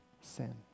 sin